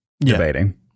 debating